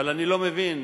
אבל אני לא מבין,